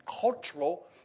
cultural